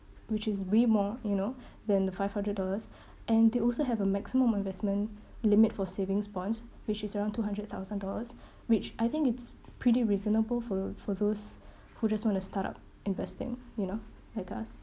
which is way more you know than the five hundred dollars and they also have a maximum investment limit for savings bonds which is around two hundred thousand dollars which I think it's pretty reasonable for for those who just want to start up investing you know like us